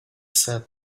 said